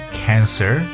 cancer